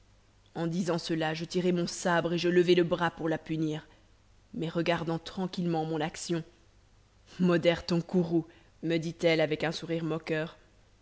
en disant cela je tirai mon sabre et je levai le bras pour la punir mais regardant tranquillement mon action modère ton courroux me dit-elle avec un sourire moqueur